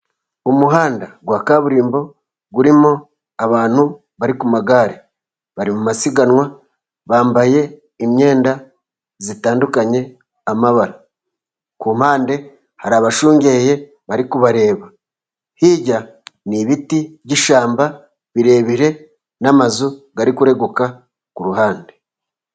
Umuhanda wa kaburimbo urimo abantu bari ku magare. Bari mu masiganwa, bambaye imyenda itandukanye amabara. Ku mpande hari abashungereye bari kubareba, hirya ni ibiti by'ishyamba birebire n'amazu ari kureguka ku ruhande.